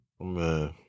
man